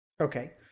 Okay